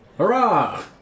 Hurrah